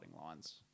lines